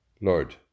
Lord